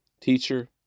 Teacher